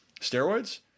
steroids